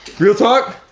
real talk?